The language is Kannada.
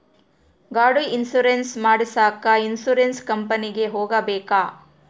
ಗಾಡಿ ಇನ್ಸುರೆನ್ಸ್ ಮಾಡಸಾಕ ಇನ್ಸುರೆನ್ಸ್ ಕಂಪನಿಗೆ ಹೋಗಬೇಕಾ?